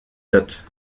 date